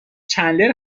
چندلر